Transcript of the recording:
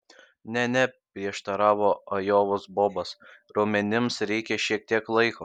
ne ne prieštaravo ajovos bobas raumenims reikia šiek tiek laiko